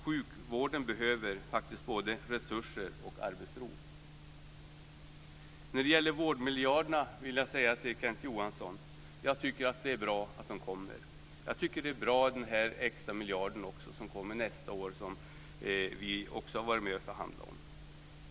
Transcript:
Sjukvården behöver faktiskt både resurser och arbetsro. När det gäller vårdmiljarderna vill jag säga till Kenneth Johansson att jag tycker att det är bra att de kommer. Jag tycker att det är bra också med den här extramiljarden, som kommer nästa år, som vi också har varit med och förhandlat om.